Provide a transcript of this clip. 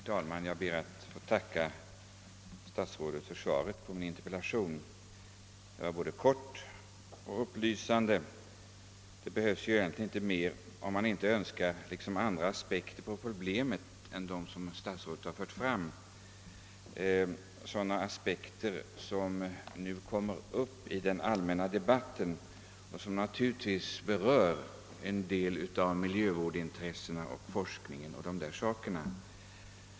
Herr talman! Jag ber att få tacka herr statsrådet för svaret på min interpellation — det var både kort och upplysande. Det behövs egentligen inte mer, om man inte önskar andra aspekter på problemet än sådana som herr statsrådet har fört fram och som nu kommer upp i den allmänna debatten och som naturligtvis berör en del av miljövårdsintressena och forskningen m.m.